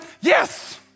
Yes